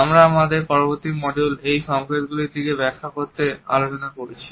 আমরা আমাদের পরবর্তী মডিউলে এই সংকেতগুলির ব্যাখ্যা নিয়ে আলোচনা করেছি